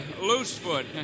Loosefoot